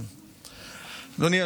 אדוני,